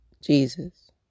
Jesus